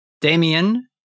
Damien